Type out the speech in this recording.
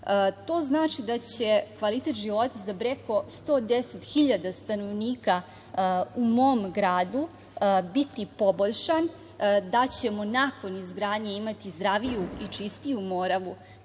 To znači da će kvalitet života za preko 110 hiljada stanovnika u mom gradu biti poboljšan, da ćemo nakon izgradnje imati zdraviju i čistiju Moravu.